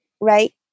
right